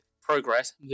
Progress